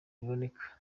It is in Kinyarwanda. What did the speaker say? biboneka